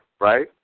right